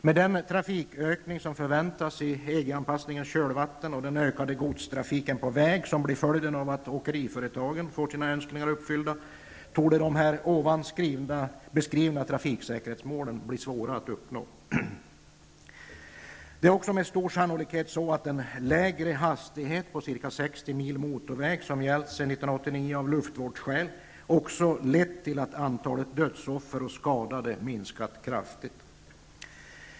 Med den trafikökning som förväntas i EG anpassningens kölvatten och den ökade godstrafiken på väg som blir följden av att åkeriföretagen får sina önskningar uppfyllda torde de nämnda trafiksäkerhetsmålen bli svåra att uppnå. Det är också med stor sannolikhet så, att den lägre hastighet på ca 60 mil motorväg som gällt sedan 1989 av luftvårdsskäl också lett till att antalet dödsoffer och skadade minskat kraftigt.